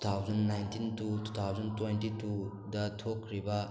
two thousand nineteen to two thousand twenty two ꯗ ꯊꯣꯛꯈ꯭ꯔꯤꯕ